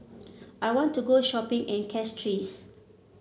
I want to go shopping in Castries